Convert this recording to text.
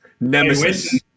nemesis